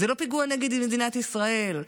זה לא פיגוע נגד מדינת ישראל,